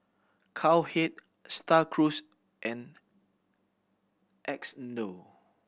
Cowhead Star Cruise and Xndo